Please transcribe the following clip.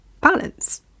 Balance